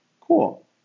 Cool